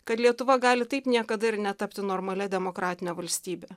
kad lietuva gali taip niekada ir netapti normalia demokratine valstybe